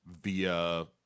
via